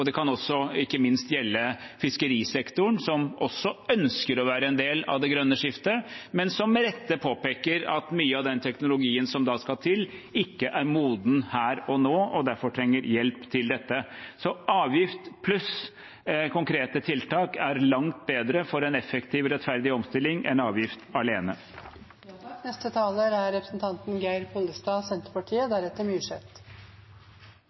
Det kan ikke minst gjelde fiskerisektoren, som også ønsker å være en del av det grønne skiftet, men som med rette påpeker at mye av teknologien som skal til, ikke er moden her og nå og at de derfor trenger hjelp til dette. Så avgift pluss konkrete tiltak er langt bedre for en effektiv og rettferdig omstilling enn avgift